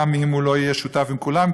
גם אם הוא לא יהיה שותף עם כולם,